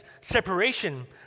separation